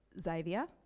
Xavier